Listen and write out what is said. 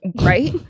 Right